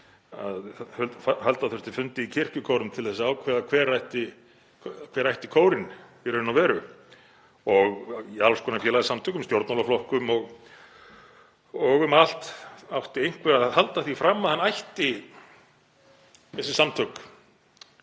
að halda þurfti fundi í kirkjugörðum til að ákveða hver ætti kórinn í raun og veru. Í alls konar félagasamtökum, stjórnmálaflokkum og um allt átti einhver að halda því fram að hann ætti þessi samtök